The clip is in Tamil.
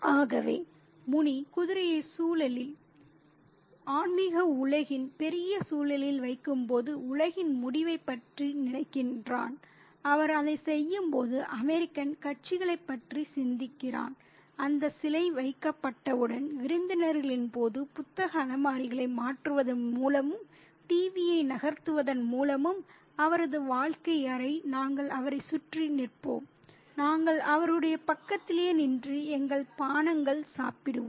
ஆகவே முனி குதிரையை சூழலில் ஆன்மீக உலகின் பெரிய சூழலில் வைக்கும் போது உலகின் முடிவைப் பற்றி நினைக்கிறான் அவர் அதைச் செய்யும்போது அமெரிக்கன் கட்சிகளைப் பற்றி சிந்திக்கிறான் அந்தச் சிலை வைக்கப்பட்டவுடன் விருந்தினர்களின்போது புத்தக அலமாரிகளை மாற்றுவதன் மூலமும் டிவியை நகர்த்துவதன் மூலமும் அவரது வாழ்க்கை அறை நாங்கள் அவரைச் சுற்றி நிற்போம் நாங்கள் அவருடைய பக்கத்திலேயே நின்று எங்கள் பானங்கள் சாப்பிடுவோம்